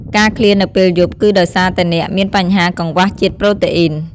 ការឃ្លាននៅពេលយប់គឺដោយសារតែអ្នកមានបញ្ហាកង្វះជាតិប្រូតេអ៊ីន។